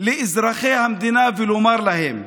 לאזרחי המדינה ולומר להם: